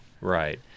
right